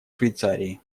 швейцарии